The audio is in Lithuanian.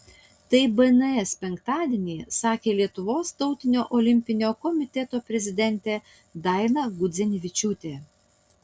tai bns penktadienį sakė lietuvos tautinio olimpinio komiteto prezidentė daina gudzinevičiūtė